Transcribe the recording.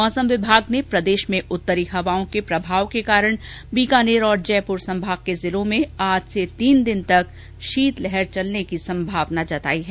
मौसम विभाग ने प्रदेश में उत्तरी हवाओं के प्रभाव के कारण बीकानेर और जयपुर संभाग के जिलों में आज से तीन दिन तक शीतलहर चलने की संभावना जताई है